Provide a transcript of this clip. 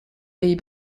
pays